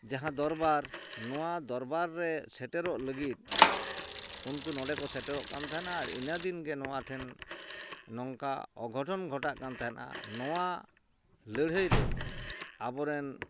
ᱡᱟᱦᱟᱸ ᱫᱚᱨᱵᱟᱨ ᱱᱚᱣᱟ ᱫᱚᱨᱵᱟᱨ ᱨᱮ ᱥᱮᱴᱮᱨᱚᱜ ᱞᱟᱹᱜᱤᱫ ᱩᱱᱠᱩ ᱱᱚᱰᱮᱠᱚ ᱥᱮᱴᱮᱨᱚᱜ ᱠᱟᱱ ᱛᱟᱦᱮᱸᱱᱟ ᱟᱨ ᱤᱱᱟᱹᱫᱤᱱ ᱜᱮ ᱱᱚᱣᱟᱴᱷᱮᱱ ᱱᱚᱝᱠᱟ ᱚᱜᱷᱚᱴᱚᱱ ᱜᱷᱚᱴᱟᱜ ᱠᱟᱱ ᱛᱟᱦᱮᱸᱫᱼᱟ ᱱᱚᱣᱟ ᱞᱟᱹᱲᱦᱟᱹᱭᱨᱮ ᱟᱵᱚᱨᱮᱱ